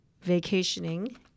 vacationing